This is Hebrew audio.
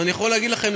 אני יכול להגיד לכם,